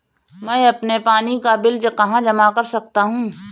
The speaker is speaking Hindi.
मैं अपने पानी का बिल कहाँ जमा कर सकता हूँ?